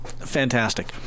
fantastic